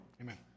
Amen